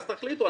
אז תחליטו,